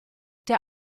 der